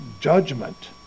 judgment